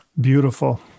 Beautiful